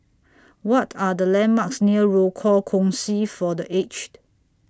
What Are The landmarks near Rochor Kongsi For The Aged